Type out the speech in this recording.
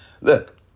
look